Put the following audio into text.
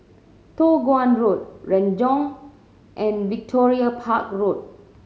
Toh Guan Road Renjong and Victoria Park Road